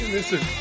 Listen